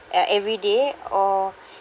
uh every day or